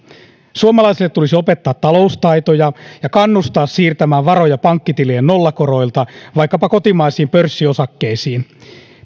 suomalaisille tulisi opettaa taloustaitoja ja kannustaa siirtämään varoja pankkitilien nollakoroilta vaikkapa kotimaisiin pörssiosakkeisiin